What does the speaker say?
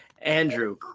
Andrew